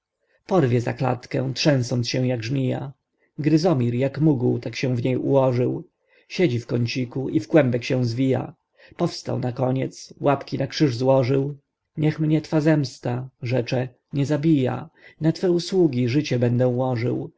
zawoła porwie za klatkę trzęsąc się jak zmija gryzomir jak mógł tak się w niej ułożył siedzi w kąciku i w kłębek się zwija powstał nakoniec łapki na krzyż złożył niech mnie twa zemsta rzecze nie zabija na twe usługi życie będę łożył